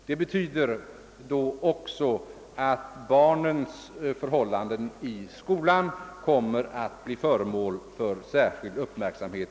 Det betyder att barnens förhållanden i skolan i denna utredning kommer att bli föremål för särskild uppmärksamhet.